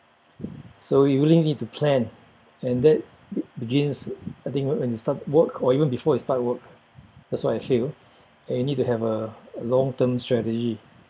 so you really need to plan and that begins I think when when you start work or even before you start work that's what I feel and you need to have a a long term strategy